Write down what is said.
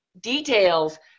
details